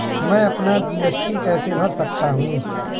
मैं अपना जी.एस.टी कैसे भर सकता हूँ?